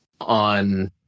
on